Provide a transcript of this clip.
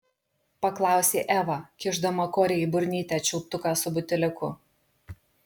paklausė eva kišdama korei į burnytę čiulptuką su buteliuku